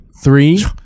Three